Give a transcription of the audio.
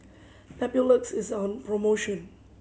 Papulex is on promotion